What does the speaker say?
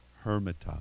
Hermitage